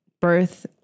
Birth